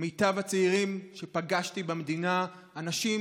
מיטב הצעירים שפגשתי במדינה, אנשים